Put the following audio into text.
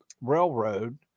Railroad